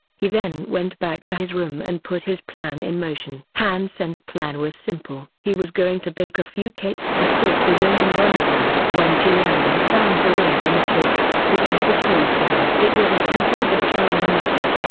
he then went back to his room and put his plan in motion. han sen's plan was simple. he was going to bake a few cakes and put the ring in one of them. when ji yanran found the ring in the cake, he could propose to her. it was a simple but charming method.